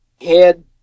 head